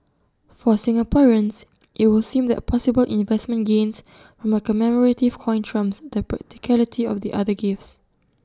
for Singaporeans IT would seem that possible investment gains from A commemorative coin trumps the practicality of the other gifts